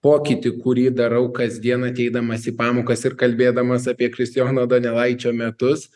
pokytį kurį darau kasdien ateidamas į pamokas ir kalbėdamas apie kristijono donelaičio metus